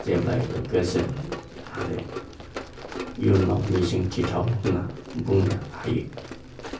जेब्लायबो गोजोन आरो इयुनाव मिजिंथिथाव होनना बुंनो हायो